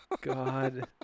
god